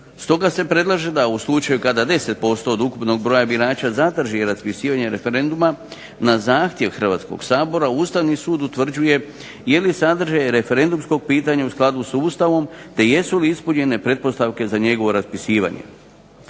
Stoga se predlaže u slučaju kada 10% od ukupnog birača zatraži raspisivanje referenduma na zahtjev Hrvatskoga sabora Ustavni sud utvrđuje je li sadržaj referendumskog pitanja u skladu s ustavom te jesu li ispunjene pretpostavke za njegovo raspisivanje.